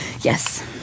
Yes